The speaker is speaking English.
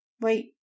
Wait